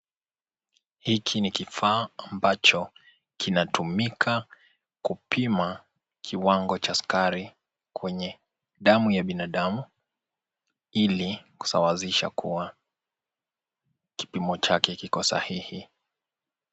Hiki ni kifaa ambacho kinatumika kupima kiwango cha sukari kwenye damu ya binadamu ili kusawazisha kuwa kipimo chake kiko sahihi.